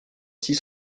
six